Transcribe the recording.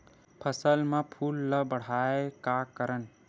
फसल म फूल ल बढ़ाय का करन?